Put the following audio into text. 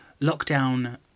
lockdown